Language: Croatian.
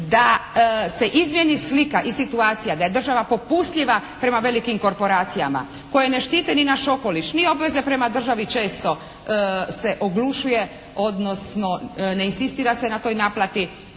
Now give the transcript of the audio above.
da se izmijeni slika i situacija da je država popustljiva prema velikim korporacijama koje ne štite ni naš okoliš ni obveze prema države često se oglušuje odnosno ne inzistira se na toj naplati